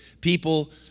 people